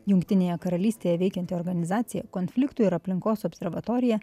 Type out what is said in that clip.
jungtinėje karalystėje veikianti organizacija konfliktų ir aplinkos observatorija